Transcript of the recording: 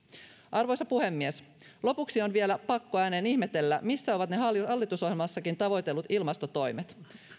arvoisa puhemies lopuksi on vielä pakko ääneen ihmetellä missä ovat ne hallitusohjelmassakin tavoitellut ilmastotoimet